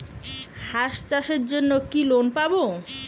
হাঁস চাষের জন্য কি লোন পাব?